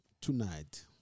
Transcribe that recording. tonight